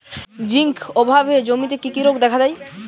Zinc অভাবে জমিতে কি কি রোগ দেখাদেয়?